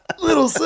Little